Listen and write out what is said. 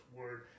word